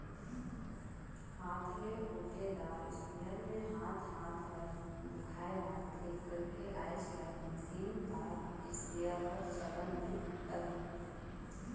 हाथ ले ओटे दार इस्पेयर मे हाथ हाथ हर दुखाए लगथे कहिके आएज काएल मसीन दार इस्पेयर हर चलन मे अहे